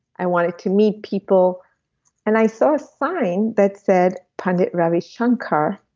i wanted to meet people and i saw a sign that said pandit ravi shankar,